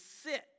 sit